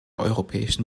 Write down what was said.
europäischen